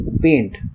paint